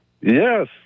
Yes